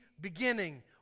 beginning